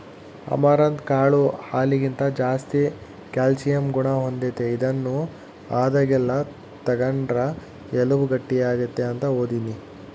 amaranth ಕಾಳು ಹಾಲಿಗಿಂತ ಜಾಸ್ತಿ ಕ್ಯಾಲ್ಸಿಯಂ ಗುಣ ಹೊಂದೆತೆ, ಇದನ್ನು ಆದಾಗೆಲ್ಲ ತಗಂಡ್ರ ಎಲುಬು ಗಟ್ಟಿಯಾಗ್ತತೆ ಅಂತ ಓದೀನಿ